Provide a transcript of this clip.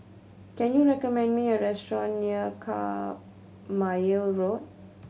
can you recommend me a restaurant near Carpmael Road